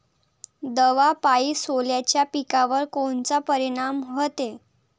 दवापायी सोल्याच्या पिकावर कोनचा परिनाम व्हते?